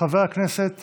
חבר הכנסת